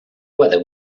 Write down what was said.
whether